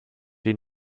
die